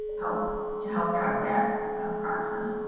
help to help guide that process.